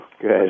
Good